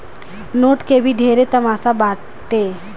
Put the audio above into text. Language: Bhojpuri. नोट के भी ढेरे तमासा बाटे